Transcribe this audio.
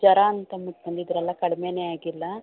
ಜ್ವರ ಅಂತ್ ಅಂದ್ಬಿಟ್ಟು ಬಂದಿದ್ರಲ್ಲ ಕಡ್ಮೆನೇ ಆಗಿಲ್ಲ